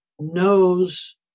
knows